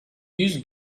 yüz